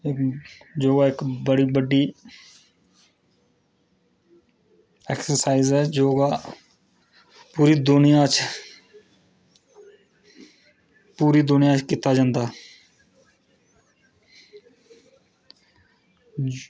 योगा इक्क बड़ी बड्डी एक्सरसाईज़ ऐ योगा पूरी दुनिया च पूरी दुनिया च कीता जंदा